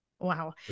Wow